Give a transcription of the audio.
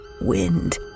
wind